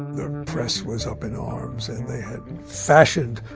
the press was up in arms, and they had fashioned